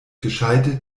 gescheite